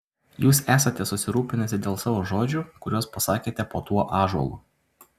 jūs esate susirūpinusi dėl savo žodžių kuriuos pasakėte po tuo ąžuolu